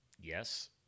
Yes